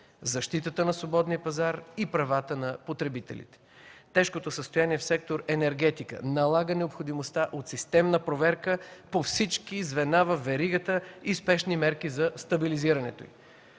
защитата на свободния пазар и правата на потребителите. Тежкото състояние в сектор „Енергетика” налага необходимостта от системна проверка по всички звена във веригата и спешни мерки за стабилизирането й.